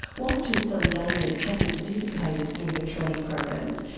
whilst her son damien hasn't participated in her training programs,